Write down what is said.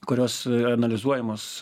kurios analizuojamos